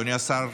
אדוני השר,